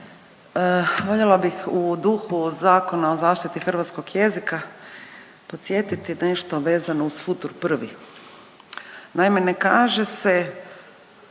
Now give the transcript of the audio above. voljela bih u duhu zakona o zaštiti hrvatskog jezika podsjetiti nešto vezano uz futur prvi. Naime, ne kaže se